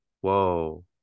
Whoa